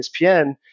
ESPN